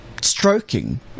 stroking